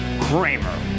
Kramer